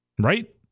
Right